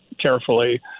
carefully